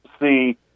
see